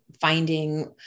finding